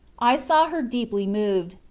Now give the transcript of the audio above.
i saw her deeply moved,